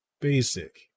basic